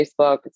Facebook